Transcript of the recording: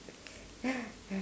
ya ya